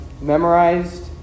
memorized